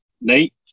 nate